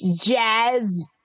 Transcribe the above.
jazz